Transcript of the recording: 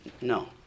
No